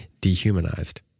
dehumanized